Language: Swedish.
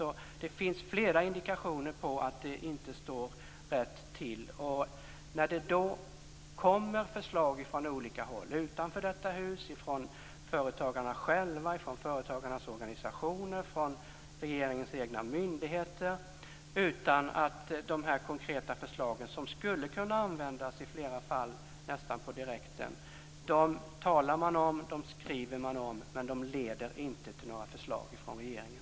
Det finns flera indikationer på att det inte står rätt till. Det kommer förslag från olika håll, utanför detta hus, från företagarna själva, från företagarnas organisationer och från regeringens egna myndigheter, men de konkreta förslag som i flera fall skulle kunna användas nästan direkt talar man om och skriver om men de leder inte till några förslag från regeringen.